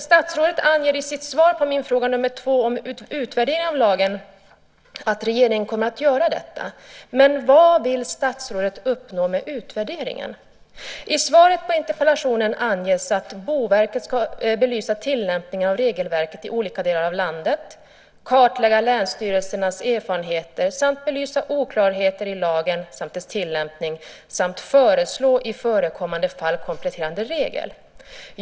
Statsrådet anger i sitt svar på min andra fråga om utvärdering om lagen att regeringen kommer att göra en sådan. Men vad vill statsrådet uppnå med utvärderingen? I svaret på interpellationen anges att Boverket ska belysa tillämpningen av regelverket i olika delar av landet, kartlägga länsstyrelsernas erfarenheter, belysa oklarheter i lagen och dess tillämpning samt i förekommande fall föreslå kompletterande regler.